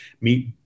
meet